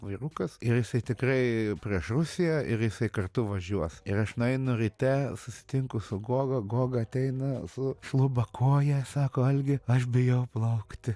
vyrukas ir jisai tikrai prieš rusiją ir jisai kartu važiuos ir aš nueinu ryte susitinku su goga goga ateina su šluba koja sako algi aš bijau plaukti